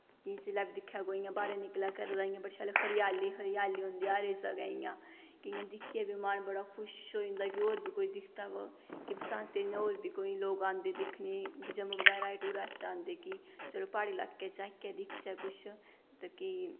कि इसलै दिक्खै कोई इ'यां कोई बाहरै निकलै घरै दा निकलै इ'यां बड़ा शैल हरियाली हरियांली होंदी हर जगह् इ'यां कि इ'यां दिक्खियै बी इ'यां मन बड़ा खुश होई जंदा कि होर बी कोई दिखदा कि बरसांती इ'यां होर बी कोई लोक आंदे दिक्खने गी जम्मू बगैरा दे टूरिस्ट आंदे कि चलो प्हाड़ी अलाके च जाचै दिखचै कुछ ते कि